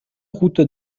route